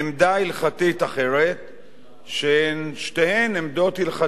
שהן שתיהן עמדות הלכתיות שאנחנו מכירים אותן